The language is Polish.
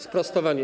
Sprostowanie.